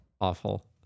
Awful